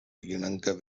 இணங்க